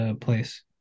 place